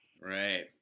Right